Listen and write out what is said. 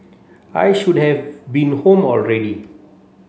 I should have been home already